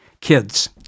kids